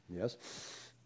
Yes